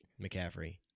McCaffrey